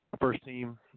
first-team